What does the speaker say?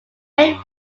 main